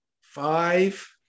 five